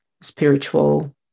spiritual